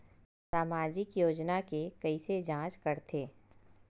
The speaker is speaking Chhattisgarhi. सामाजिक योजना के कइसे जांच करथे?